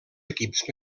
equips